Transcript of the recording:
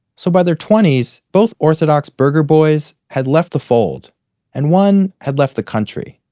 so by their twenties, both orthodox berger boys had left the fold and one had left the country.